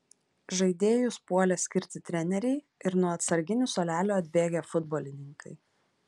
žaidėjus puolė skirti treneriai ir nuo atsarginių suolelio atbėgę futbolininkai